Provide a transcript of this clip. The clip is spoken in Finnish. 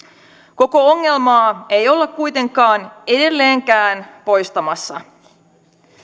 koko ongelmaa ei olla kuitenkaan edelleenkään poistamassa